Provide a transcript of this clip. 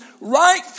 right